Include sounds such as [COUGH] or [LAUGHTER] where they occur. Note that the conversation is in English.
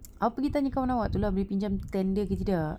[NOISE] apa kita tanya kawan awak tu lah boleh pinjam tent dia ke tidak